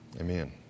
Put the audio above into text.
amen